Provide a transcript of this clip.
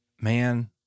man